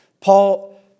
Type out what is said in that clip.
Paul